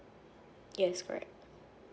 yes correct